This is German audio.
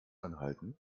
anhalten